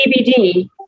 CBD